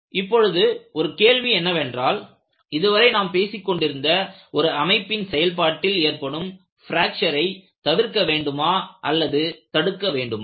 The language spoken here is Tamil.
இப்பொழுது ஒரு கேள்வி என்னவென்றால் இதுவரை நாம் பேசிக் கொண்டிருந்த ஒரு அமைப்பின் செயல்பாட்டில் ஏற்படும் ப்ராக்ச்சரை தவிர்க்க வேண்டுமா அல்லது தடுக்க வேண்டுமா